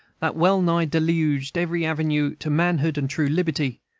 that wellnigh deluged every avenue to manhood and true liberty,